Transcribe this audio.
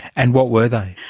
and what were they?